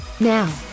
Now